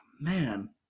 Man